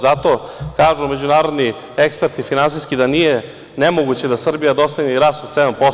Zato kažu međunarodni eksperti finansijski da nije nemoguće da Srbija dostigne rast od 7%